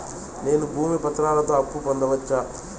నేను భూమి పత్రాలతో అప్పు పొందొచ్చా?